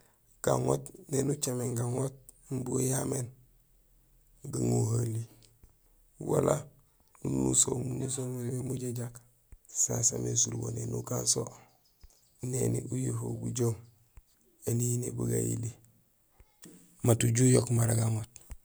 Gaŋoot éni ucaméén gaŋoot umbi ujaméén, bugaŋohali wala nunuso munusohum majajak; sa saamé surubo; néni ukan so néni ujuhowul bujoom énini bu gayili; mat uju uyook mara gaŋoot.